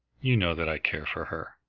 you know that i care for her.